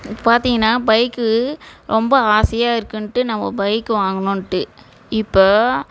இப்போ பார்த்தீங்கன்னா பைக்கு ரொம்ப ஆசையாக இருக்குதுன்ட்டு நம்ம பைக்கு வாங்கணுன்ட்டு இப்போது